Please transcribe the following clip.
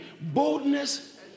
boldness